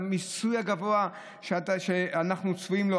המיסוי הגבוה שאנחנו צפויים לו,